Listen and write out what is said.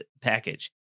package